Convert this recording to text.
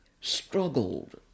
struggled